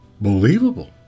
believable